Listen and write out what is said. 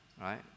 right